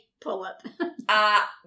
pull-up